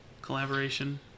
collaboration